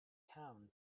town